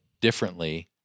differently